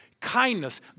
kindness